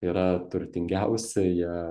yra turtingiausi jie